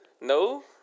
No